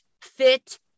Fit